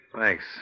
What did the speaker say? Thanks